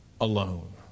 alone